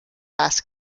last